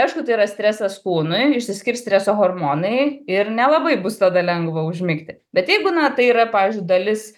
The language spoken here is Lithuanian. aišku tai yra stresas kūnui išsiskirs streso hormonai ir nelabai bus tada lengva užmigti bet jeigu na tai yra pavyzdžiui dalis